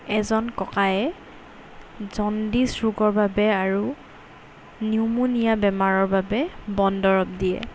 এজন ককায়ে জণ্ডিচ ৰোগৰ বাবে আৰু নিউমনীয়া বেমাৰৰ বাবে বন দৰৱ দিয়ে